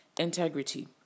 integrity